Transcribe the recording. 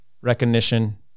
Recognition